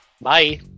Bye